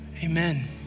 Amen